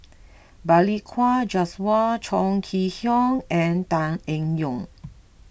Balli Kaur Jaswal Chong Kee Hiong and Tan Eng Yoon